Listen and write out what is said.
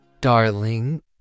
darling